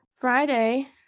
friday